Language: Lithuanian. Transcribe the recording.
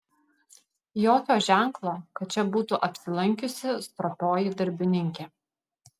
jokio ženklo kad čia būtų apsilankiusi stropioji darbininkė